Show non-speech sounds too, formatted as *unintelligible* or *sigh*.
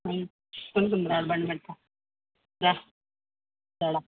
*unintelligible*